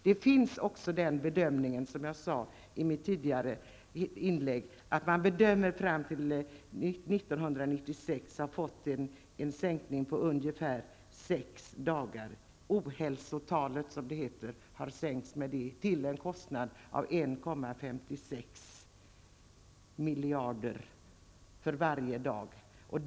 Man gör också den bedömningen, vilket jag sade i mitt tidigare inlägg, att man fram till år 1996 har fått en minskning på ungefär sex dagar. Det s.k. miljarder kronor för varje dag.